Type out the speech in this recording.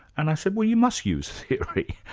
and i said, well you must use theory.